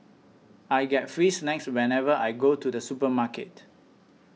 I get free snacks whenever I go to the supermarket